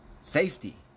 safety